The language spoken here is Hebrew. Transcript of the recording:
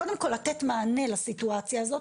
קודם כל לתת מענה לסיטואציה הזו.